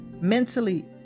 mentally